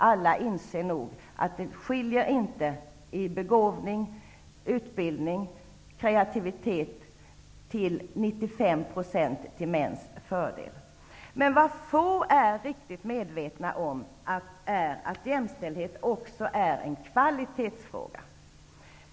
Alla inser nog att det inte till 95 % till mäns fördel skiljer i begåvning, utbildning och kreativitet. Men vad få är riktigt medvetna om är att jämställdhet också är en kvalitetsfråga.